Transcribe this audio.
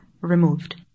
removed